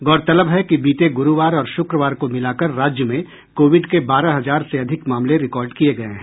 गौरतलब है कि बीते गुरूवार और शुक्रवार को मिलाकर राज्य में कोविड के बारह हजार से अधिक मामले रिकॉर्ड किये गये हैं